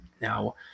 Now